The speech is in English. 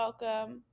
welcome